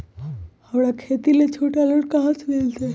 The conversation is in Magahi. हमरा खेती ला छोटा लोने कहाँ से मिलतै?